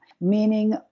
meaning